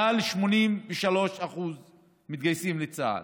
מעל 83% מתגייסים לצה"ל.